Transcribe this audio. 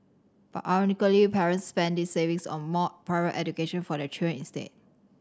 but ironically parents spent these savings on more private education for their children instead